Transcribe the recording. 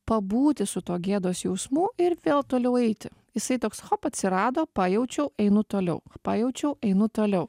pabūti su tuo gėdos jausmu ir vėl toliau eiti jisai toks chop atsirado pajaučiau einu toliau pajaučiau einu toliau